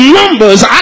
numbers